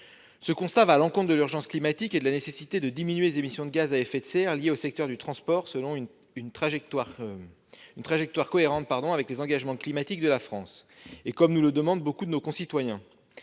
Ce constat va à l'encontre de l'urgence climatique et de la nécessité de diminuer les émissions de gaz à effet de serre liées au secteur des transports selon une trajectoire cohérente avec les engagements climatiques de la France et comme nous le demandent beaucoup de nos concitoyens.